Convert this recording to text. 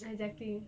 exactly